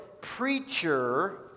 preacher